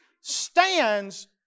stands